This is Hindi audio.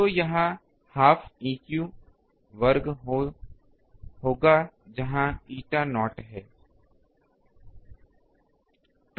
तो यह हाफ Eq वर्ग होगा जहां एटा नॉट है